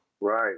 Right